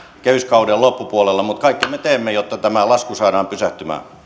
kehyskauden loppupuolella mutta kaiken me teemme jotta tämä lasku saadaan pysähtymään